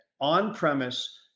on-premise